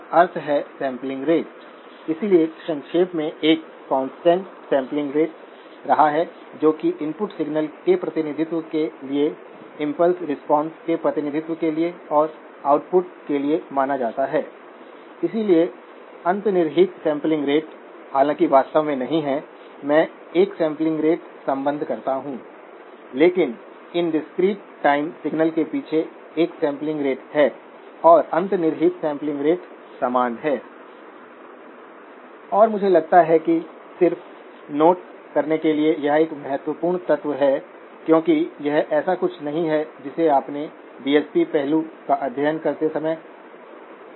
यह 5 वोल्टस पर होगा क्योंकि यह 200 μA 50 kΩ के माध्यम से बहती है 10 वोल्टस ड्राप देने के लिए इसलिए 15 10 5 वोल्टस यहां है और क्योंकि इस एमओएस ट्रांजिस्टर में 200 μA current 3 volt gate source voltage की आवश्यकता होती है सोर्स 1 वोल्ट पर होगा